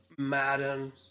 Madden